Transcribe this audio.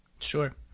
Sure